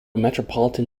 metropolitan